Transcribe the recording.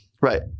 Right